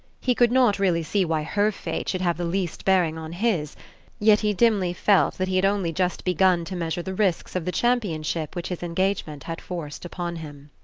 he could not really see why her fate should have the least bearing on his yet he dimly felt that he had only just begun to measure the risks of the championship which his engagement had forced upon him.